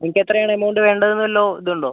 നിങ്ങൾക്ക് എത്രയാണ് അമൗണ്ട് വേണ്ടതെന്ന് വല്ല ഇതുമുണ്ടോ